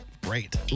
great